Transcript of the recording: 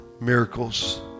miracles